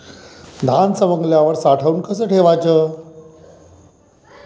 धान्य सवंगल्यावर साठवून कस ठेवाच?